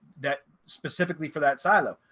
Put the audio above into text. that specifically for that silo,